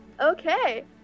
Okay